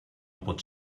pots